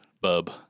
Bub